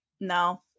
no